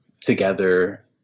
together